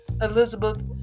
Elizabeth